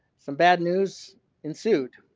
some bad news ensued.